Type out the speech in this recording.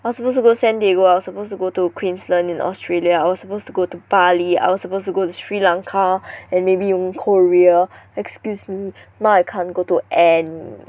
I was supposed to go San Diego I was supposed to go to Queensland in Australia I was supposed to go to Bali I was supposed to go to Sri Lanka and maybe you know Korea excuse me now I can't go to any